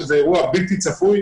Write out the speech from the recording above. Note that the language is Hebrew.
שזה אירוע בלתי צפוי.